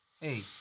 Hey